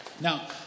Now